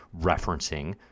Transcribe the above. referencing